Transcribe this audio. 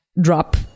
drop